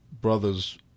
brothers